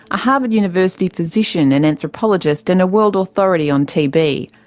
a harvard university physician and anthropologist, and a world authority on tb.